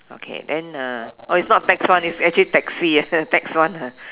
okay then uh it's not tax one it's actually taxi tax one